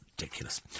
Ridiculous